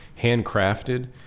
handcrafted